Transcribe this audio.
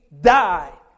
died